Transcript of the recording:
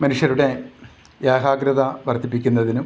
മനുഷ്യരുടെ എകാഗ്രത വർദ്ധിപ്പിക്കുന്നതിനും